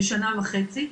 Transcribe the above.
ושנה וחצי.